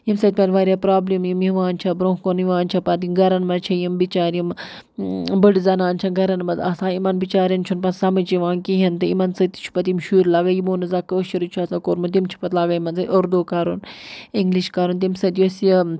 ییٚمہِ سۭتۍ پَتہٕ واریاہ پرابلِم یِم یِوان چھےٚ برونٛہہ کُن یِوان چھےٚ پَتہٕ یِم گَرَن منٛز چھےٚ یِم بِچارِ یِم بٔڑٕ زنان چھےٚ گَرَن منٛز آسان یِمن بِچارٮ۪ن چھُنہٕ پتہٕ سمٕجھ یِوان کِہیٖنۍ تہِ یِمن سۭتۍ تہِ چھُ پَتہٕ یِم شُرۍ لگان یِمو نہٕ زانہہ کٲشرُے چھُ آسان کوٚرمُت تِم چھِ پَتہٕ لگان یِمنٕے اردو کَرُن اِنگلِش کَرُن تمہِ سۭتۍ یُس یہِ